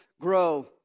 grow